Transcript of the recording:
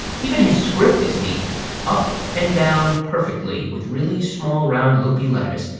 even his script is neat up and down perfectly, with really small round loopy letters.